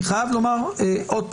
אני חייב לומר שוב,